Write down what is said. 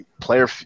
player